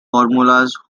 formulas